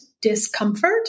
discomfort